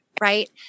right